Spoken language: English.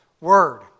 Word